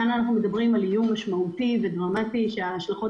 אנחנו מדברים כאן על איום משמעותי ודרמטי שההשלכות